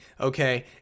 Okay